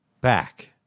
Back